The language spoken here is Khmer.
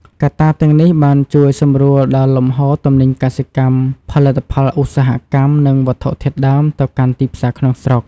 កត្តាទាំងនេះ បានជួយសម្រួលដល់លំហូរទំនិញកសិកម្ម ផលិតផលឧស្សាហកម្ម និងវត្ថុធាតុដើមទៅកាន់ទីផ្សារក្នុងស្រុក។